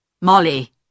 Molly